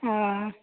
हँ